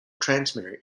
transmitter